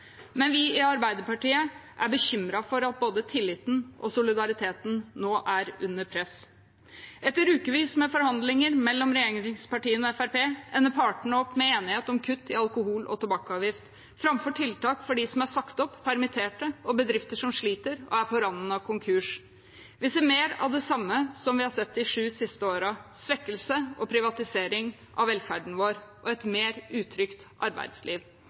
Men vi i Arbeiderpartiet er bekymret for at både tilliten og solidariteten nå er under press. Etter ukevis med forhandlinger mellom regjeringspartiene og Fremskrittspartiet ender partene opp med enighet om kutt i alkohol- og tobakksavgift framfor tiltak for dem som er sagt opp, permitterte og bedrifter som sliter og er på randen av konkurs. Vi ser mer av det samme som vi har sett de sju siste årene: svekkelse og privatisering av velferden vår og et mer utrygt arbeidsliv.